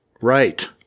right